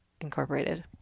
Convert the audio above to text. incorporated